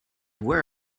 where